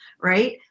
right